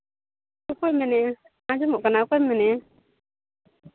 ᱚᱠᱚᱭᱮᱢ ᱢᱮᱱᱮᱫᱼᱟ ᱟᱸᱡᱚᱢᱚᱜ ᱠᱟᱱᱟ ᱚᱠᱚᱭᱮᱢ ᱢᱮᱱᱮᱫᱼᱟ